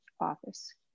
office